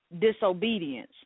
disobedience